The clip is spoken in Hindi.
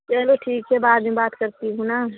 चलो ठीक है बाद में बात करती हूँ ना